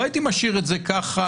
לא הייתי משאיר את זה ככה.